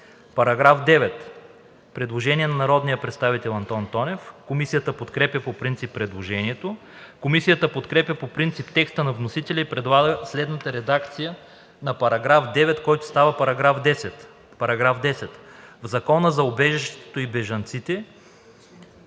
По § 9 има предложение на народния представител Антон Тонев. Комисията подкрепя по принцип предложението. Комисията подкрепя по принцип текста на вносителя и предлага следната редакция на § 9, който става § 10. „§ 10. В Закона за убежището и бежанците